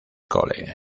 cole